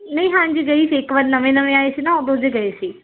ਨਹੀਂ ਹਾਂਜੀ ਗਈ ਸੀ ਇੱਕ ਵਾਰ ਨਵੇਂ ਨਵੇਂ ਆਏ ਸੀ ਨਾ ਉਦੋਂ ਜਿਹੇ ਗਏ ਸੀ